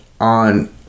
on